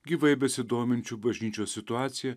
gyvai besidominčių bažnyčios situacija